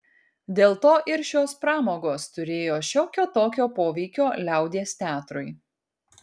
dėl to ir šios pramogos turėjo šiokio tokio poveikio liaudies teatrui